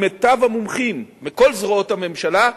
עם מיטב המומחים מכל זרועות הממשלה,